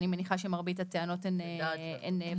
שהרבה מהטענות נוגעות אליו.